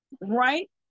right